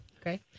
Okay